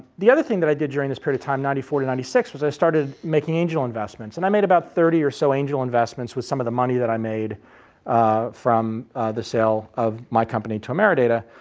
the other thing that i did during this period of time, ninety four to ninety six was i started making angel investments. and i made about thirty or so angel investments with some of the money that i made from the sale of my company to ameridata.